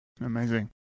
Amazing